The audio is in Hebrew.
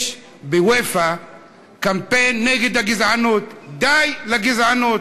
יש באופ"א קמפיין נגד הגזענות, די לגזענות.